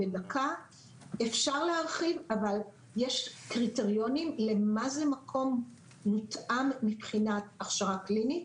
אפשר להרחיב אבל יש קריטריונים למה זה מקום מותאם מבחינת הכשרה קלינית.